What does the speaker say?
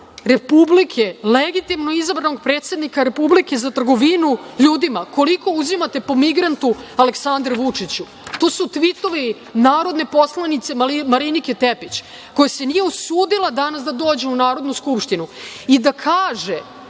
Republike, legitimno izabranog predsednika Republike za trgovinu ljudima? „Koliko uzimate po migrantu, Aleksandre Vučiću?“ To su tvitovi narodne poslanice Marinike Tepić, koja se nije usudila danas da dođe u Narodnu skupštinu i da kaže,